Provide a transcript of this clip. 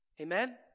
Amen